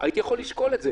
הייתי יכול לשקול את זה.